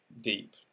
deep